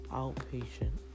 outpatient